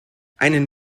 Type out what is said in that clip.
einen